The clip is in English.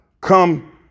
come